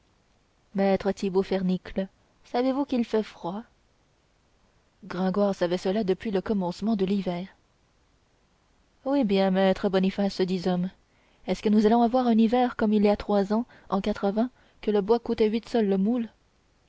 maître thibaut fernicle savez-vous qu'il fait froid gringoire savait cela depuis le commencement de l'hiver oui bien maître boniface disome est-ce que nous allons avoir un hiver comme il y a trois ans en quatre-vingts que le bois coûtait huit sols le moule